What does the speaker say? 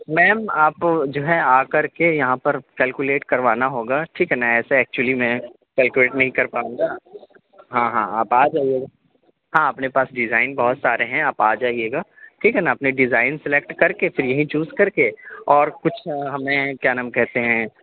میم آپ جو ہے آ کر کے یہاں پر کیلکولیٹ کروانا ہوگا ٹھیک ہے نا ایسے ایکچولی میں کیلکولیٹ نہیں کر پاؤں گا ہاں ہاں آپ آ جائیے گا ہاں اپنے پاس ڈیزائن بہت سارے ہیں آپ آ جائیے گا ٹھیک ہے نا اپنے ڈیزائن سلیکٹ کر کے پھر یہیں چوز کر کے اور کچھ ہمیں کیا نام کہتے ہیں